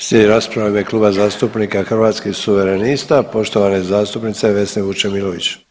Slijedi rasprava u ime Kluba zastupnika Hrvatskih suverenista, poštovane zastupnice Vesne Vučemilović.